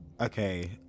Okay